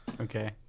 Okay